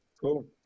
Cool